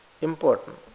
Important